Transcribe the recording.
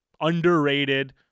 Underrated